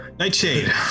Nightshade